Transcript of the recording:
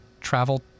travel